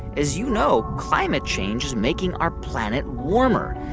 as you know, climate change is making our planet warmer.